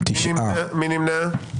מי נמנע?